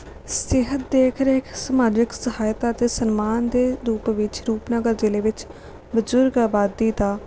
ਸਿਹਤ ਦੇਖ ਰੇਖ ਸਮਾਜਿਕ ਸਹਾਇਤਾ ਅਤੇ ਸਨਮਾਨ ਦੇ ਰੂਪ ਵਿੱਚ ਰੂਪਨਗਰ ਜਿਲ੍ਹੇ ਵਿੱਚ ਬਜ਼ੁਰਗ ਆਬਾਦੀ ਦਾ